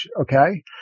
okay